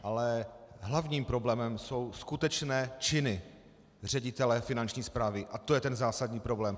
Ale hlavním problémem jsou skutečné činy ředitele Finanční správy a to je ten zásadní problém.